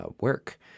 work